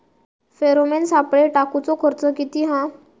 Pheromone सापळे टाकूचो खर्च किती हा?